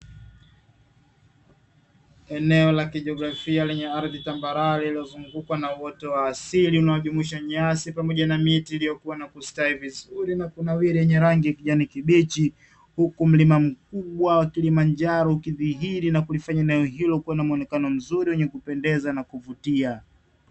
Eneo la kijiografia lenye ardhi tambarare lililozungukwa na wote wa asili unaojumuisha nyasi pamoja na miti iliyokuwa na kustawi vizuri na kunawiri yenye rangi kijani kibichi, huku mlima mkubwa wa Kilimanjaro ukidhihiri na kulifanya eneo hilo kuwa na muonekano mzuri wenye kupendeza na kuvutia.